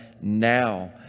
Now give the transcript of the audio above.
now